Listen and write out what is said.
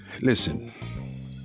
Listen